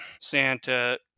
Santa